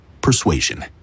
persuasion